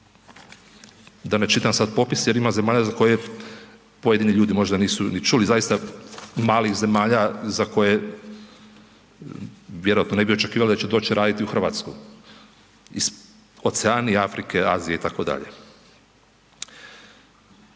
Da ne čitam sad popis jer ima zemalja za koje pojedini ljudi možda nisu ni čuli, zaista malih zemalja za koje vjerojatno ne bi očekivali da će doći raditi u Hrvatsku, iz Oceanije, Afrike, Azije itd.